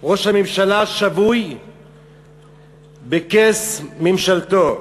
ראש הממשלה שבוי בכס ממשלתו.